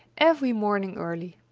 every morning early.